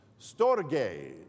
storge